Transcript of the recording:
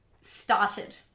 started